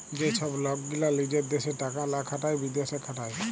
যে ছব লক গীলা লিজের দ্যাশে টাকা লা খাটায় বিদ্যাশে খাটায়